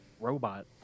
robot